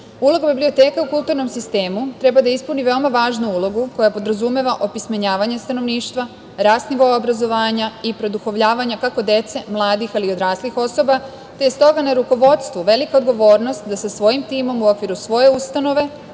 bira. Uloga biblioteka u kulturnom sistemu treba da ispuni veoma važnu ulogu koja podrazumeva opismenjavanje stanovništva, rast nivoa obrazovanja i produhovljavanja kako dece, mladih ali i odraslih osoba, te je stoga na rukovodstvu velika odgovornost da sa svojim timom u okviru svoje ustanove